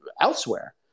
elsewhere